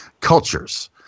cultures